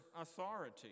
authority